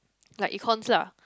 like econs lah